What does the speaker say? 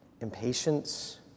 impatience